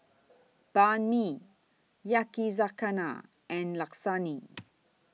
Banh MI Yakizakana and Lasagne